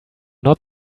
not